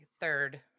third